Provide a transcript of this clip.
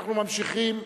אנחנו ממשיכים.